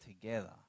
together